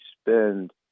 spend